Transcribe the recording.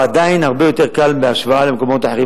הוא עדיין הרבה יותר קל בהשוואה למקומות אחרים.